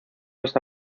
está